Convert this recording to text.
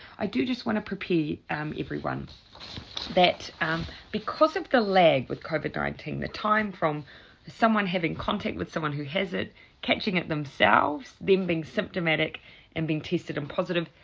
i do just want to prepare um everyone that um because of the lag with covid nineteen, the time from someone having contact with someone who has it catching it themselves then being symptomatic and being tested and positive,